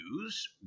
news